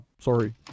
sorry